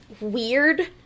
weird